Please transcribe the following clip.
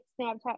Snapchat